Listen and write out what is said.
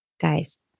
Guys